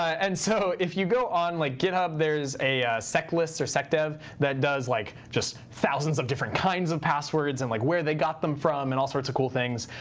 and so if you go on like github, there's a so list or dev that does like just thousands of different kinds of passwords and like where they got them from and all sorts of cool things.